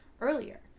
earlier